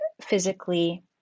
physically